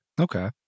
okay